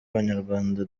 abanyarwanda